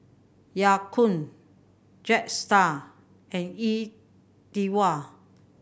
Ya Kun Jetstar and E Twow